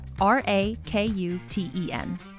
R-A-K-U-T-E-N